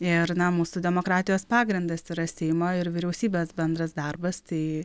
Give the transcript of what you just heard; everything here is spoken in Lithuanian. ir na mūsų demokratijos pagrindas yra seimo ir vyriausybės bendras darbas tai